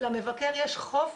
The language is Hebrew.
למבקר יש חופש,